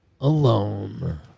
Alone